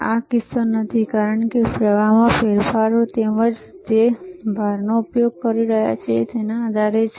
તે કિસ્સો નથી કારણ કે પ્રવાહમાં ફેરફારો તમે જે ભારનો ઉપયોગ કરી રહ્યાં છો તેના આધારે થાય છે